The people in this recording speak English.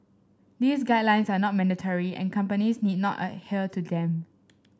these guidelines are not mandatory and companies need not adhere to them